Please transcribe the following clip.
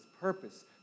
purpose